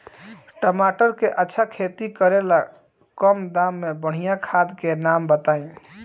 टमाटर के अच्छा खेती करेला कम दाम मे बढ़िया खाद के नाम बताई?